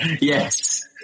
Yes